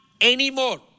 anymore